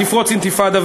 תפרוץ אינתיפאדה.